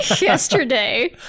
yesterday